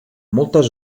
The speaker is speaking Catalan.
moltes